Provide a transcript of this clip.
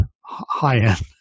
high-end